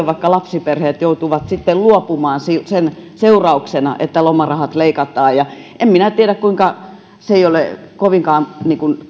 vaikka lapsiperheet joutuvat sitten luopumaan sen seurauksena että lomarahat leikataan ja en minä tiedä kuinka se ei ole kovinkaan